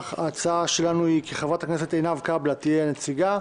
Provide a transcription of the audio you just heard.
ההצעה שלנו היא כי מהקואליציה חברת הכנסת עינב קבלה תהיה הנציגה,